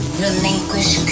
relinquish